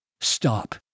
stop